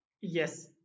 Yes